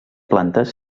plantes